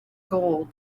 gold